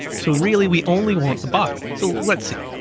so really we only want the body. so let's see,